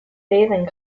bathing